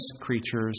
creatures